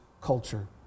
culture